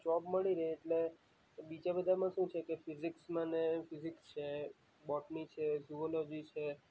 job મળી રહે એટલે બીજા બધામાં શું છે કે ફિઝિક્સમાં ને ફિઝિક્સ છે બોટની છે જિયોલોજી છે